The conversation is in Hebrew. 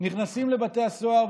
ונכנסים לבתי הסוהר,